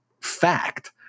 fact